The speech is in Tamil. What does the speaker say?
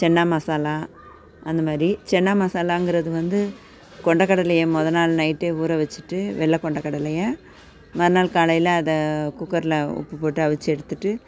சன்னா மசாலா அந்த மாதிரி சன்னா மசாலாங்கிறது வந்து கொண்டக்கடலையை முதல் நாள் நைட்டே ஊற வச்சுட்டு வெள்ளை கொண்டக்கடலையை மறுநாள் காலையில் அத குக்கரில் உப்பு போட்டு அவிச்சி எடுத்துகிட்டு